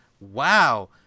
Wow